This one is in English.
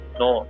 no